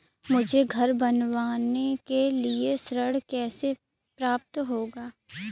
मुझे घर बनवाने के लिए ऋण कैसे प्राप्त होगा?